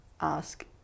ask